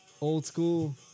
Old-school